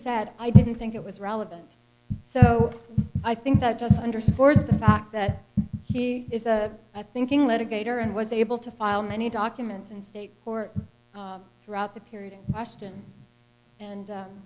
said i didn't think it was relevant so i think that just underscores the fact that he is a i thinking litigator and was able to file many documents and stay for throughout the period in question and